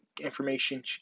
information